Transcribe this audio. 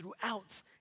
throughout